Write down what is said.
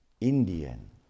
Indian